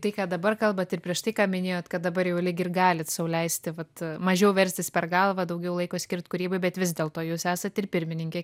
tai ką dabar kalbat ir prieš tai ką minėjot kad dabar jau lyg ir galit sau leisti vat mažiau verstis per galvą daugiau laiko skirt kūrybai bet vis dėlto jūs esat ir pirmininkė